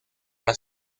las